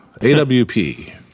AWP